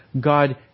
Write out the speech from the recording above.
God